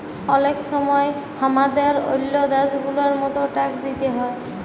অলেক সময় হামাদের ওল্ল দ্যাশ গুলার মত ট্যাক্স দিতে হ্যয়